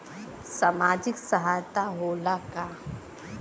सामाजिक सहायता होला का?